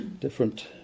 different